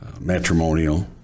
matrimonial